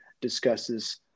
discusses